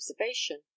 observation